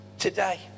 today